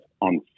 on